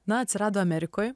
na atsirado amerikoj